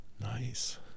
Nice